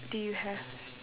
do you have